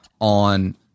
on